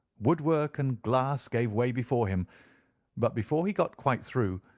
woodwork and glass gave way before him but before he got quite through,